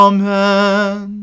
Amen